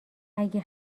اگه